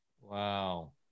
Wow